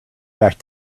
back